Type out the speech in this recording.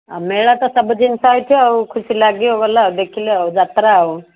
ଆଉ ମେଳା ତ ସବୁ ଜିନିଷ ଆଇଥିବ ଆଉ ଖୁସି ଲାଗିବ ଗଲେ ଦେଖିଲେ ଆଉ ଯାତ୍ରା ଆଉ